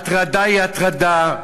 הטרדה היא הטרדה,